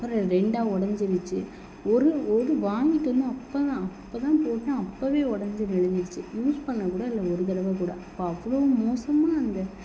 அப்புறம் ரெண்டாக உடஞ்சிருச்சி ஒரு ஒரு வாங்கிட்டு வந்து அப்போ தான் அப்போ தான் போட்டேன் அப்போவே உடஞ்சி நெளிஞ்சிடுச்சி யூஸ் பண்ண கூட இல்லை ஒரு தடவை கூட அப்போ அவ்வளோ மோசமாக அந்த